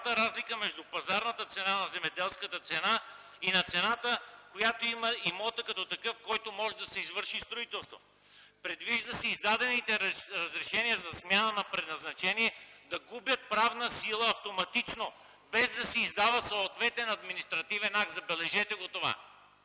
разлика между пазарната цена на земеделската земя и на цената, която има имота като такъв, на който може да се извърши строителството. Предвижда се издадените разрешения за смяна на предназначение да губят правна сила автоматично, без да се издава съответен административен акт, забележете това.